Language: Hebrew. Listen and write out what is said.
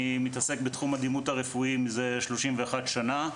אני מתעסק בתחום הדימות הרפואי מזה 31 שנה.